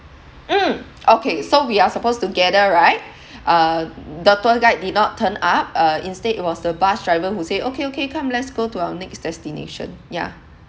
mm okay so we are supposed to gather right uh the tour guide did not turn up uh instead it was the bus driver who say okay okay come let's go to our next destination yeah